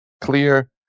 clear